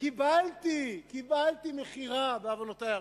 קיבלתי מכירה, בעוונותי הרבים,